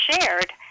shared